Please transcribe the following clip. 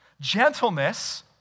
Gentleness